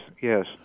yes